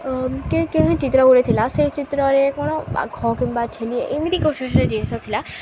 କିଏ କେଉଁ ଚିତ୍ର ଗୁଡ଼ା ଥିଲା ସେ ଚିତ୍ରରେ କ'ଣ କିମ୍ବା ଛେଳି ଏମିତି କେଉଁ ଖୁସି ଜିନିଷ ଥିଲା